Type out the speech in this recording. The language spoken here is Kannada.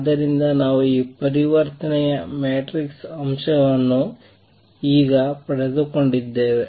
ಆದ್ದರಿಂದ ನಾವು ಈ ಪರಿವರ್ತನೆಯ ಮ್ಯಾಟ್ರಿಕ್ಸ್ ಅಂಶವನ್ನು ಈಗ ಪಡೆದುಕೊಂಡಿದ್ದೇವೆ